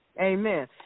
Amen